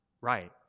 right